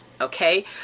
okay